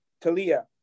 Talia